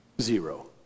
Zero